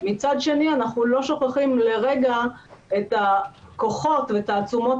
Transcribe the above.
מצד שני אנחנו לא שוכחים לרגע את הכוחות ותעצומות